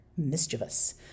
mischievous